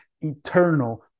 eternal